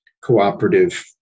cooperative